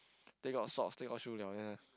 take out socks take out shoe [liao]